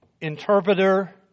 interpreter